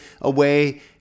away